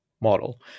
model